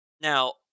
Now